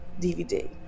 DVD